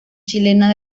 chilena